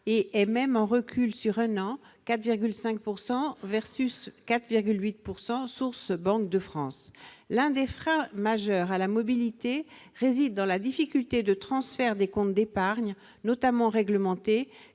Il est même en recul sur un an, passant de 4,8 % à 4,5 %, selon la Banque de France. L'un des freins majeurs à la mobilité réside dans la difficulté de transfert des comptes d'épargne, notamment réglementée,